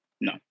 no